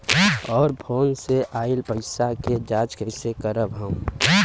और फोन से आईल पैसा के जांच कैसे करब हम?